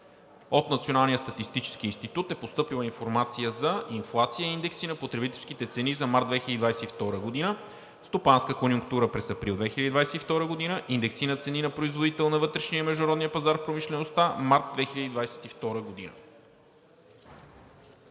От Националния статистически институт е постъпила информация за инфлация и индекси на потребителските цени за месец март 2022 г., Стопанска конюнктура през месец април 2022 г., индекси на цени на производител на вътрешния и международния пазар в промишлеността март 2022 г.